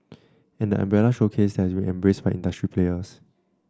and the umbrella showcase has been embraced by industry players